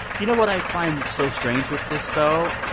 you know what i find so strange with this, though?